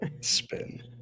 Spin